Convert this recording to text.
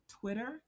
Twitter